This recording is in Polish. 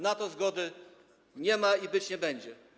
Na to zgody nie ma i nie będzie.